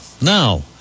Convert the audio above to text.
Now